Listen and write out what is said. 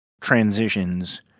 transitions